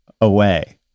away